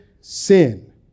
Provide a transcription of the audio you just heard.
sin